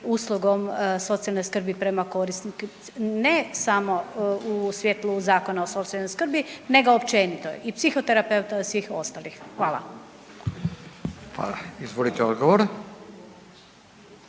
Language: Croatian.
uslugom socijalne skrbi prema korisniku, ne samo u svjetlu zakona o socijalnoj skrbi nego općenito i psihoterapeuta u svih ostalih? Hvala. **Radin, Furio